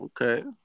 Okay